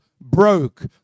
broke